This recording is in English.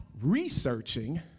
researching